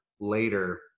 later